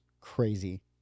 crazy